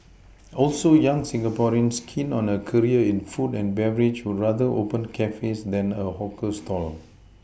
also young Singaporeans keen on a career in food and beverage would rather open cafes than a hawker stall